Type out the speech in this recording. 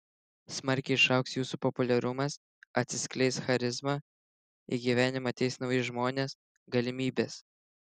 smarkiai išaugs jūsų populiarumas atsiskleis charizma į gyvenimą ateis nauji žmonės galimybės